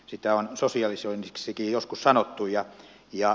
sitä on sosialisoinniksikin joskus sanottu